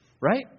right